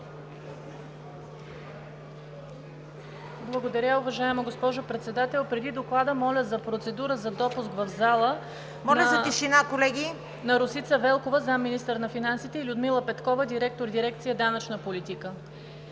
Благодаря Ви, уважаема госпожо Председател. Преди Доклада моля за процедура за допуск в залата на Росица Велкова – заместник-министър на финансите, и Людмила Петкова – директор на дирекция „Данъчна политика“